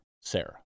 Sarah